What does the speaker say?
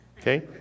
okay